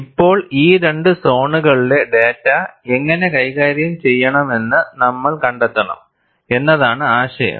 ഇപ്പോൾ ഈ രണ്ട് സോണുകളിലെ ഡാറ്റ എങ്ങനെ കൈകാര്യം ചെയ്യണമെന്ന് നമ്മൾ കണ്ടെത്തണം എന്നതാണ് ആശയം